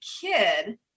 kid